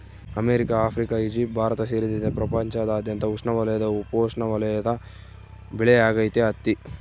America Africa Egypt Bharat ಸೇರಿದಂತೆ ಪ್ರಪಂಚದಾದ್ಯಂತ ಉಷ್ಣವಲಯದ ಉಪೋಷ್ಣವಲಯದ ಬೆಳೆಯಾಗೈತಿ ಹತ್ತಿ